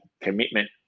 commitment